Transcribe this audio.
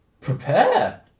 prepare